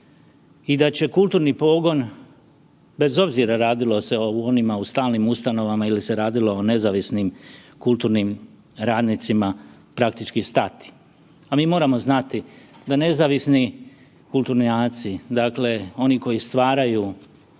i da će kulturni pogon, bez obzira radilo se o onima u stalnim ustanovama ili se radilo o nezavisnim kulturnim radnicima, praktički stati. A mi moramo znati da nezavisni kulturnjaci, dakle oni koji stvaraju,